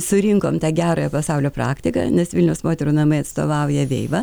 surinkom tą gerąją pasaulio praktiką nes vilniaus moterų namai atstovauja veiva